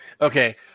Okay